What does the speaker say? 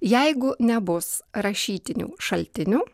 jeigu nebus rašytinių šaltinių